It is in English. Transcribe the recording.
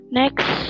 next